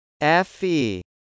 FE